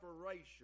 separation